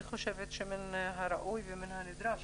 אני חושבת שמן הראוי ומן הנדרש